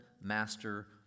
master